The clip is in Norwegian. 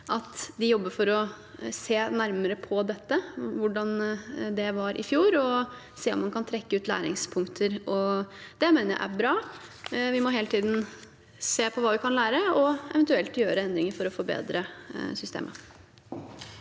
at de jobber for å se nærmere på dette – se på hvordan det var i fjor, og om man kan trekke ut læringspunkter. Det mener jeg er bra. Vi må hele tiden se på hva vi kan lære, og eventuelt gjøre endringer for å forbedre systemet.